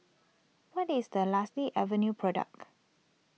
what is the lusty avenue product